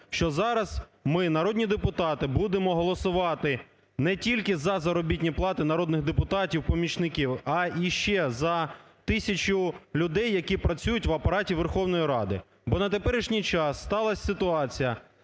що зараз ми, народні депутати, будемо голосувати не тільки за заробітні плати народних депутатів, помічників, а ще й за тисячу людей, які працюють в Апараті Верховної Ради. Бо на теперішній час сталась ситуація,